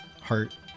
heart